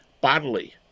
bodily